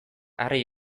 harri